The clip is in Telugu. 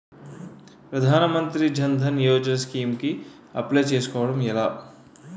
ప్రధాన మంత్రి జన్ ధన్ యోజన స్కీమ్స్ కి అప్లయ్ చేసుకోవడం ఎలా?